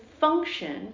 function